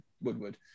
Woodward